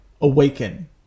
awaken